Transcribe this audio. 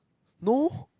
no